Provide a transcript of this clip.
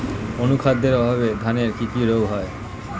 অনুখাদ্যের অভাবে ধানের কি কি রোগ হয়?